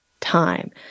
time